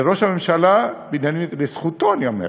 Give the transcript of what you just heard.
וראש הממשלה בנימין נתניהו, לזכותו אני אומר,